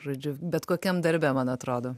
žodžiu bet kokiam darbe man atrodo